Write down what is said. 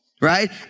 right